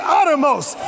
uttermost